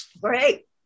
Great